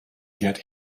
get